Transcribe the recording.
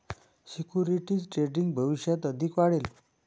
securities trading भविष्यात अधिक वाढेल